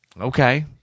Okay